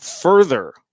further